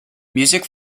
music